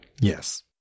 yes